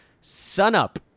sunup